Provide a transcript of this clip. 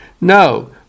No